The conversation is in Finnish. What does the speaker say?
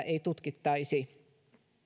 ei tutkittaisi